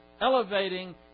elevating